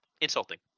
insulting